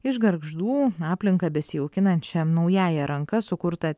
iš gargždų aplinką besiaukinančia naująja ranka sukurta